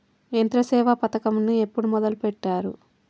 యంత్రసేవ పథకమును ఎప్పుడు మొదలెట్టారు?